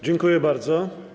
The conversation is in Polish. Dziękuję bardzo.